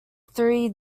three